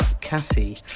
Cassie